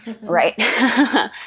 Right